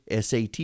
SAT